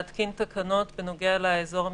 להתקין תקנות בנוגע לאזור המיוחד,